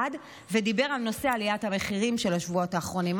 ודיבר על נושא עליית המחירים של השבועות האחרונים.